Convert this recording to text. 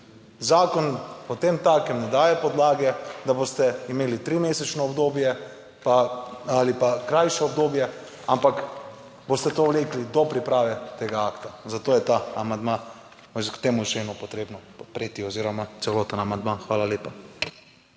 zakon potem takem ne daje podlage, da boste imeli trimesečno obdobje pa ali pa krajše obdobje, ampak boste to vlekli do priprave tega akta. Zato je ta amandma k temu členu potrebno podpreti oziroma celoten amandma. Hvala lepa.